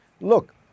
Look